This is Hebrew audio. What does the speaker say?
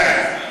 די,